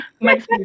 Makes